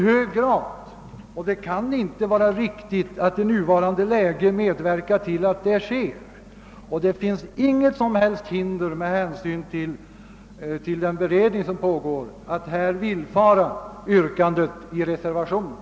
hög grad, och det kan inte vara riktigt att i nuvarande läge medverka till att så sker. Det finns inget som helst hinder med hänsyn till den beredning som pågår att bifalla yrkandet i reservationen.